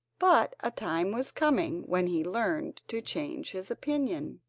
but a time was coming when he learned to change his opinion.